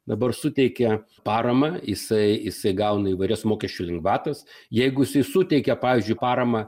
dabar suteikia paramą jisai jisai gauna įvairias mokesčių lengvatas jeigu jisai suteikia pavyzdžiui paramą